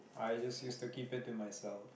I just used to keep it to myself